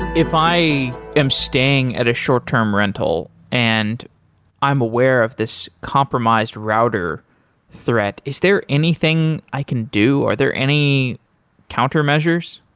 if i am staying at a short-term rental and i'm aware of this compromised router threat, is there anything i can do? are there any countermeasures?